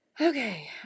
Okay